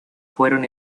fueron